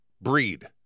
breed